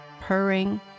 purring